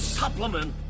supplement